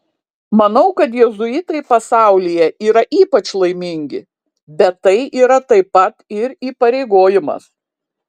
manau kad jėzuitai pasaulyje yra ypač laimingi bet tai yra taip pat ir įpareigojimas